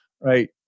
right